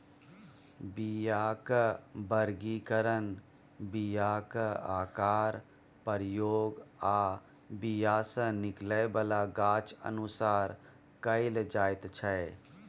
बीयाक बर्गीकरण बीयाक आकार, प्रयोग आ बीया सँ निकलै बला गाछ अनुसार कएल जाइत छै